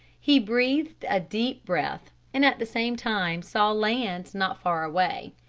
he breathed a deep breath and at the same time saw land not far away.